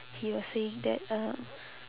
he was saying that uh